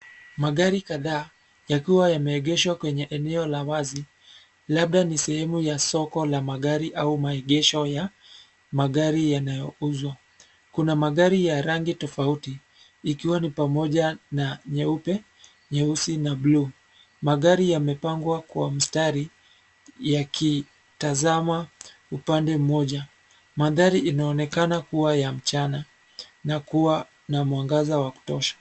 Magari kadhaa yakiwa yameegeshwa kwenye eneo la wazi, labda ni sehemu ya soko la magari au maegesho ya magari yanayouzwa. Kuna magari ya rangi tofauti ikiwa ni pamoja na nyeupe, nyeusi na buluu. Magari yamepangwa kwa mstari yakitazama upande mmoja. Mandhari inaonekana kuwa ya mchana na kuwa na mwangaza wa kutosha.